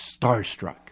starstruck